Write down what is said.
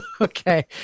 Okay